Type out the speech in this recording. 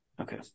okay